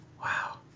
Wow